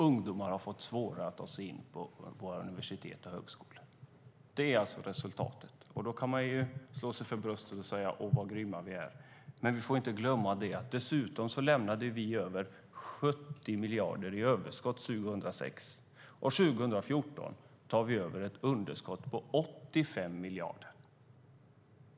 Ungdomar har fått svårare att ta sig in på universitet och högskola. Det är resultatet. Ni kan ju slå er för bröstet och säga: Vad grymma vi är. Dessutom: År 2006 lämnade vi över 70 miljarder i överskott, och 2014 tar vi över ett underskott på 85 miljarder.